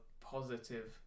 positive